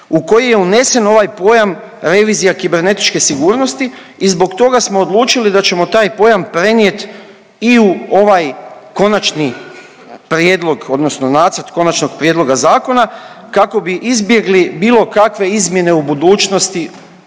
u koji je unesen ovaj pojam „revizija kibernetičke sigurnosti“ i zbog tog smo odlučili da ćemo taj pojam prenijet i u ovaj konačni prijedlog odnosno Nacrt konačnog prijedloga zakona, kako bi izbjegli bilo kakve izmjene u budućnosti